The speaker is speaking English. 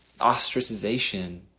Ostracization